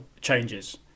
changes